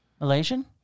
Malaysian